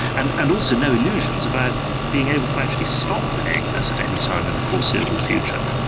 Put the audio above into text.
and and also no illusions about being able to actually stop paying this at any time in the foreseeable future.